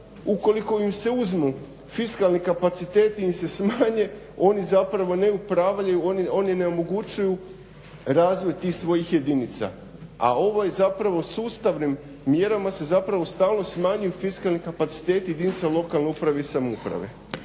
ukoliko im se uzmu fiskalni kapaciteti im se smanje oni zapravo ne upravljaju, oni ne omogućuju razvoj tih svojih jedinica, a zapravo sustavnim mjerama se stalno smanjuju fiskalni kapaciteti jedinica lokalne uprave i samouprave